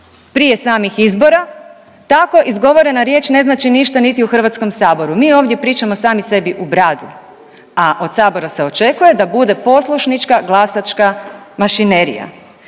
prije samih izbora tako izgovorena riječ ne znači ništa niti u Hrvatskom saboru. Mi ovdje pričamo sami sebi u bradu, a od sabora se očekuje da bude poslušnička glasačka mašinerija.